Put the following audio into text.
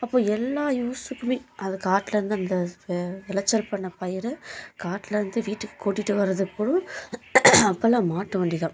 அப்போ எல்லா யூஸ்ஸுக்குமே அதை காட்டில் இருந்து அந்த வ விளைச்சல் பண்ண பயிர் காட்டில் இருந்து வீட்டுக்கு கூட்டிட்டு வரது கூடம் அப்போல்லாம் மாட்டு வண்டிதான்